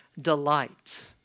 delight